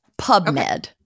PubMed